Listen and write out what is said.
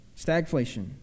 stagflation